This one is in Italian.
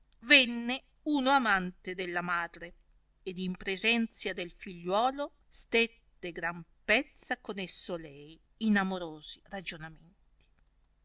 venne uno amante della madre ed in presenzia del figliuolo stette gran pezza con esso lei in amorosi ragionamenti